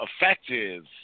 effective